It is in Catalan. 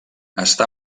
està